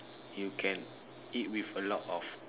you can eat with a lot of